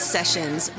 Sessions